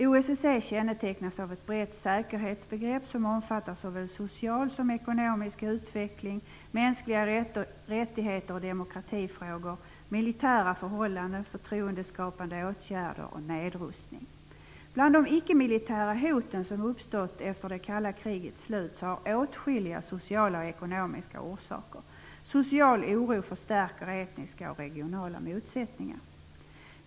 OSSE kännetecknas av ett brett säkerhetsbegrepp som omfattar såväl social som ekonomisk utveckling, mänskliga rättigheter och demokratifrågor, militära förhållanden, förtroendeskapande åtgärder och nedrustning. Åtskilliga av de ickemilitära hot som uppstått efter det kalla krigets slut har sociala och ekonomiska orsaker. Social oro förstärker etniska och regionala motsättningar.